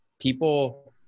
People